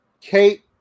Kate